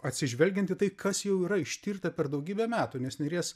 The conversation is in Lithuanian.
atsižvelgiant į tai kas jau yra ištirta per daugybę metų nes nėries